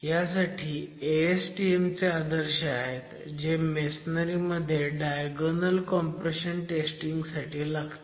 ह्यासाठी ASTM चे आदर्श आहेत जे मेसनरी मध्ये डायगोनल कॉम्प्रेशन टेस्टिंग साठी लागतात